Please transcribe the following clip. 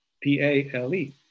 p-a-l-e